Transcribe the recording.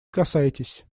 касайтесь